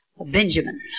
Benjamin